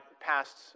passed